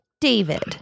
David